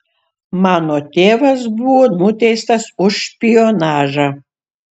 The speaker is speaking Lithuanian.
mano tėvas buvo nuteistas už špionažą